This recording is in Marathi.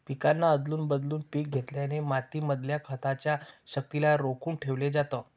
पिकांना आदलून बदलून पिक घेतल्याने माती मधल्या खताच्या शक्तिला रोखून ठेवलं जातं